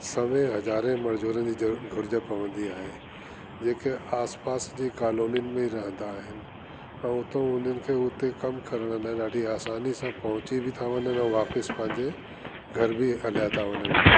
समय हजारे मजूरनि जी ज़रूरु घुर्ज पवंदी आए जेके आसपास जे कालोनी में रहंदा आइन अऊं उतो उन्हनि खे उते कमु करण लाइ ॾाढी आसानी सां पहुंची ता वञनि अऊं वापसि पांजे घर बि हलिया ता वञनि